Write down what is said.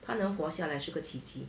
她能活下来是个奇迹